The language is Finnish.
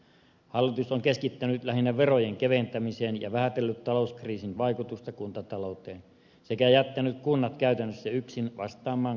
hallitus on keskittynyt lähinnä verojen keventämiseen ja vähätellyt talouskriisin vaikutusta kuntatalouteen sekä jättänyt kunnat käytännössä yksin vastaamaan kasvaviin palveluhaasteisiin